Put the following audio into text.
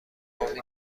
امید